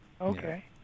Okay